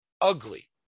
ugly